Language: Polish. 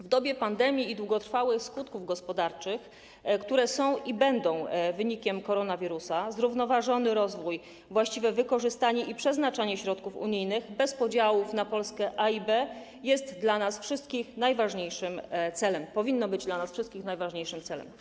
W dobie pandemii i długotrwałych skutków gospodarczych, które są i będą wynikiem koronawirusa, zrównoważony rozwój, właściwe wykorzystanie i przeznaczenie środków unijnych, bez podziału na Polskę A i B, jest dla nas wszystkich najważniejszym celem, powinno być dla nas wszystkich najważniejszym celem.